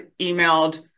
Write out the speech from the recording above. emailed